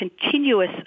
continuous